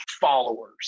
followers